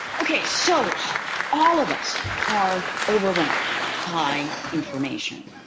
okay. so all of us are overwhelmed by information.